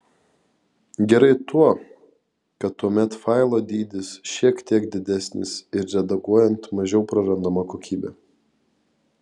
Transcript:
gerai tuo kad tuomet failo dydis šiek tiek didesnis ir redaguojant mažiau prarandama kokybė